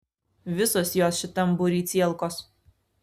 visos jos šitam būry cielkos